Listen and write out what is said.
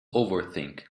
overthink